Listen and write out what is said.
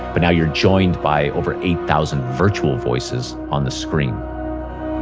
but now you're joined by over eight thousand virtual voices on the screen